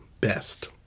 best